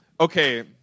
okay